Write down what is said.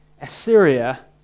Assyria